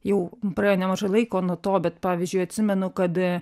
jau praėjo nemažai laiko nuo to bet pavyzdžiui atsimenu kad